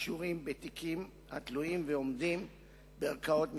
הקשורים בתיקים התלויים ועומדים בערכאות משפטיות.